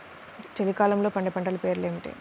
చలికాలంలో పండే పంటల పేర్లు ఏమిటీ?